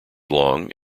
long